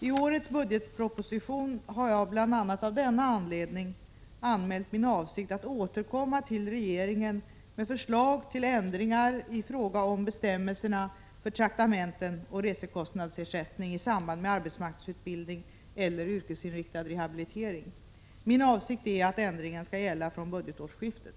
I årets budgetproposition har jag bl.a. av denna anledning anmält min avsikt att återkomma till regeringen med förslag till ändringar i fråga om bestämmelserna för traktamenten och resekostnadsersättning i samband med arbetsmarknadsutbildning eller yrkesinriktad rehabilitering. Min avsikt är att ändringen skall gälla från budgetårsskiftet.